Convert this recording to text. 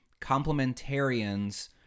complementarians